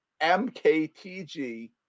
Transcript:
mktg